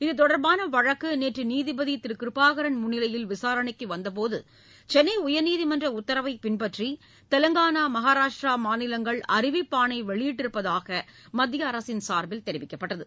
இது தொடர்பான வழக்கு நேற்று நீதிபதி திரு கிருபாகரன் முன்னிலையில் விசாரணைக்கு வந்த போது சென்னை உயர்நீதிமன்ற உத்தரவை பின்பற்றி தெவங்கானா மஹாராஷ்ட்ரா மாநிலங்கள் அறிவிப்பாணை வெளியிட்டிருப்பதாக மத்திய அரசின் சார்பில் தெரிவிக்கப்பட்டது